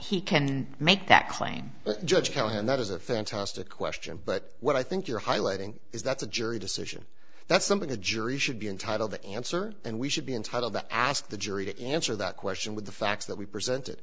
he can make that claim judge hill and that is a fantastic question but what i think you're highlighting is that the jury decision that's something the jury should be entitled to answer and we should be entitled to ask the jury to answer that question with the facts that we presented